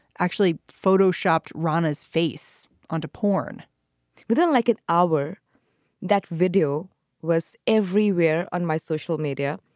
actually photo shopped rana's face onto porn within like an hour that video was everywhere on my social media,